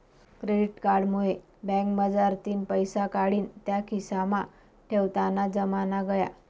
credit card मुये बँकमझारतीन पैसा काढीन त्या खिसामा ठेवताना जमाना गया